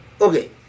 Okay